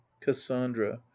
cassandra